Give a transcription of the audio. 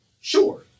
sure